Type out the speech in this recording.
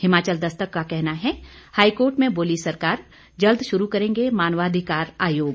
हिमाचल दस्तक का कहना है हाईकोर्ट में बोली सरकार जल्द शुरू करेंगे मानवाधिकार आयोग